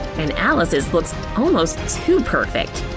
and alice's looks almost too perfect!